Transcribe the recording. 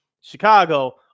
Chicago